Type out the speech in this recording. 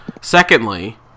secondly